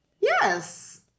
Yes